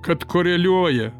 kad koreliuoja